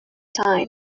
time